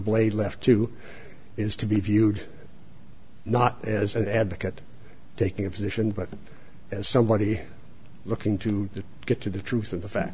blade left to is to be viewed not as an advocate taking a position but as somebody looking to get to the truth of the fact